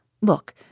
Look